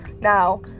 Now